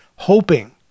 Hoping